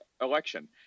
election